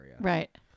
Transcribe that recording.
Right